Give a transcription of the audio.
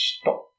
stop